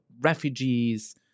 refugees